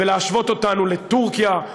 ולהשוות אותנו לטורקיה,